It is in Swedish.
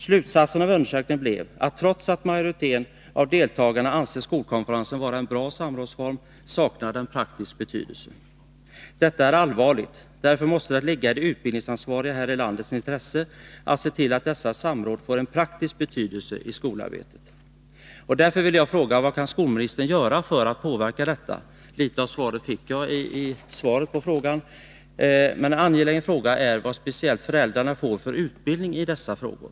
Slutsatsen av undersökningen blev, att trots att majoriteten av deltagarna anser skolkonferensen vara en bra samrådsform, saknar den praktisk betydelse. Detta är allvarligt. Därför måste det ligga i de utbildningsansvarigas här i landet intresse att se till att dessa samråd får en praktisk betydelse i skolarbetet. Därför vill jag fråga: Vad kan skolministern göra för att påverka detta? Till viss del fick jag besked på den punkten i svaret på min fråga. Ett angeläget spörsmål är vad speciellt föräldrarna får för utbildning i dessa frågor.